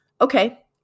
Okay